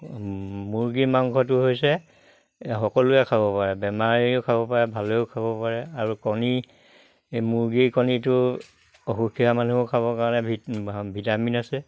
মুৰ্গীৰ মাংসটো হৈছে সকলোৱে খাব পাৰে বেমাৰীয়েও খাব পাৰে ভালেও খাব পাৰে আৰু কণী এই মুৰ্গীৰ কণীটো অসুখীয়া মানুহে খাবৰ কাৰণে ভাল ভিটামিন আছে